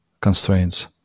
constraints